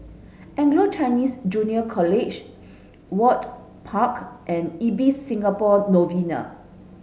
Anglo Chinese Junior College Ewart Park and Ibis Singapore Novena